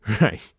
Right